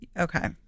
Okay